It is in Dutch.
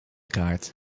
kaart